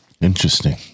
Interesting